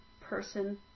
person